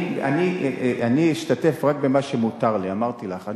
אני משתתף רק במה שמותר לי, אמרתי לך.